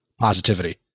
positivity